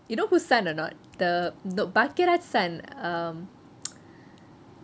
you know whose son or not the no bhagyaraj son um